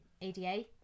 ADA